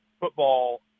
football